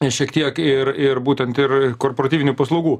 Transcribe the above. nes šiek tiek ir ir būtent ir ir korporatyvinių paslaugų